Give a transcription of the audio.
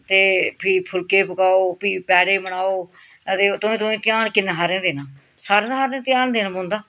ते फ्ही फुलके पकाओ फ्ही पैड़े बनाओ अ ते तुआई तुआई ध्यान किन्ने थाह्रें देना सारे ध्यान देना पौंदा